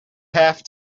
half